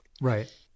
Right